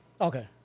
Okay